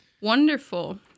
wonderful